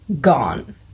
gone